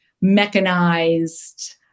mechanized